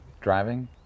driving